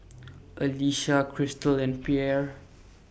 Alecia Crystal and Pierre